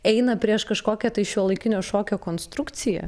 eina prieš kažkokią tai šiuolaikinio šokio konstrukciją